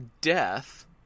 death